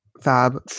fab